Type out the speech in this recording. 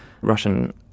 Russian